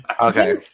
Okay